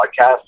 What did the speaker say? Podcast